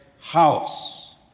house